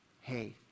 hey